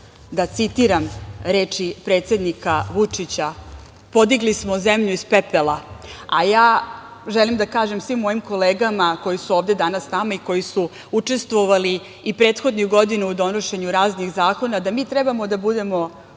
da citiram reči predsednika Vučića – podigli smo zemlju iz pepela. Ja želim da kažem svim mojim kolegama koje su ovde danas sa nama i koji su učestvovali i prethodnih godina u donošenju raznih zakona da mi trebamo da budemo ponosni